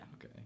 Okay